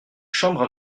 chambre